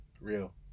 Real